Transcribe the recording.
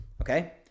Okay